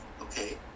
okay